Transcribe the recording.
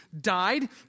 died